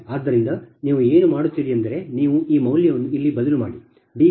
ಆದ್ದರಿಂದ ನೀವು ಏನು ಮಾಡುತ್ತೀರಿ ಎಂದರೆ ನೀವು ಈ ಮೌಲ್ಯವನ್ನು ಇಲ್ಲಿ ಬದಲಿ ಮಾಡಿ